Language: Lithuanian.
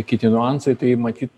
kiti niuansai tai matyt